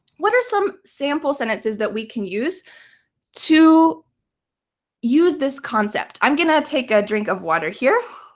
what are some sample sentences that we can use to use this concept? i'm going to take a drink of water here,